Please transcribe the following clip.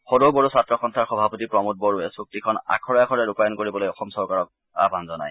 সদৌ বড়ো ছাত্ৰ সন্থাৰ সভাপতি প্ৰমোদ বড়োৱে চুক্তিখন আখৰে আখৰে ৰূপায়ণ কৰিবলৈ অসম চৰকাৰক আহান জনায়